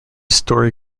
story